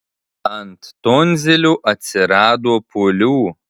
ant tonzilių atsirado pūlių